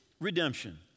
redemption